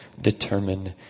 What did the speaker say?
determine